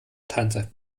tante